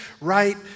right